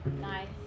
Nice